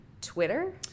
Twitter